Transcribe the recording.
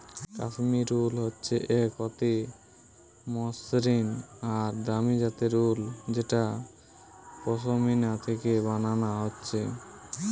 কাশ্মীর উল হচ্ছে এক অতি মসৃণ আর দামি জাতের উল যেটা পশমিনা থিকে বানানা হচ্ছে